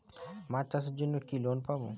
মাছ চাষের জন্য কি লোন পাব?